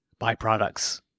byproducts